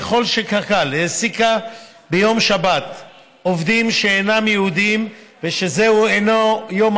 ככל שקק"ל העסיקה ביום שבת עובדים שאינם יהודים ושזהו אינו יום